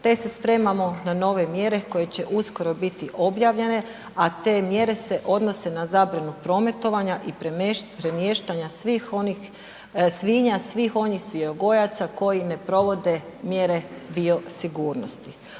te se spremamo na nove mjere koje će uskoro biti objavljene a te mjere se odnose na zabranu prometovanja i premještanja svih onih svinja, svih onih svinjogojaca koji ne provode mjere biosigurnosti.